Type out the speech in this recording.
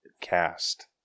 cast